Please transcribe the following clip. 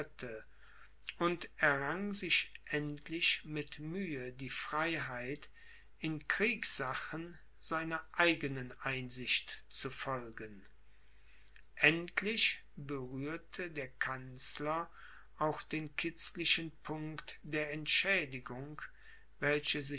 und errang sich endlich mit mühe die freiheit in kriegssachen seiner eigenen einsicht zu folgen endlich berührte der kanzler auch den kitzlichen punkt der entschädigung welche